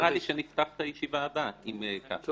נראה לי שנפתח את הישיבה הבאה אם כך,